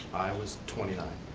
i was twenty nine.